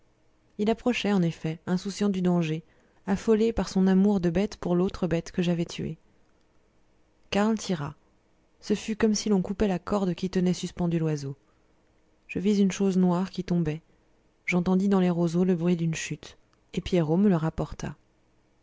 il approchait en effet insouciant du danger affolé par son amour de bête pour l'autre bête que j'avais tuée karl tira ce fut comme si on avait coupé la corde qui tenait suspendu l'oiseau je vis une chose noire qui tombait j'entendis dans les roseaux le bruit d'une chute et pierrot me le rapporta